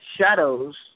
shadows